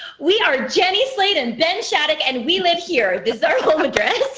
we are jenny slate and ben shattuck, and we live here. this is our home address.